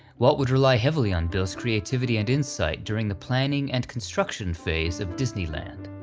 walt would rely heavily on bill's creativity and insight during the planning and construction phase of disneyland.